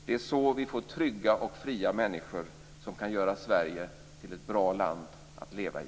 Det är så vi får trygga och fria människor som kan göra Sverige till ett bra land att leva i.